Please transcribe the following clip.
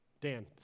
Dan